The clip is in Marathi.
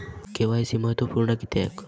के.वाय.सी महत्त्वपुर्ण किद्याक?